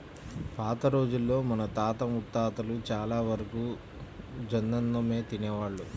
పాత రోజుల్లో మన తాత ముత్తాతలు చానా వరకు జొన్నన్నమే తినేవాళ్ళు